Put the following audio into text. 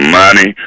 money